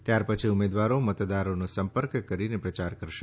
ત્યાર પછી ઉમેદવારો મતદારોનો સંપર્ક કરીને પ્રયાર કરી શકશે